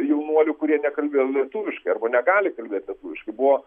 jaunuolių kurie nekalbėjo lietuviškai arba negali kalbėt lietuviškai buvo